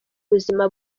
buzima